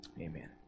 Amen